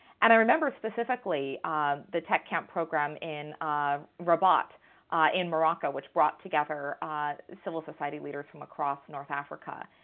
and i remember specifically ah the techcamp program in ah rabat in morocco, which brought together the ah civil society leaders from across north africa